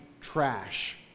trash